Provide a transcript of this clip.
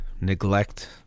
neglect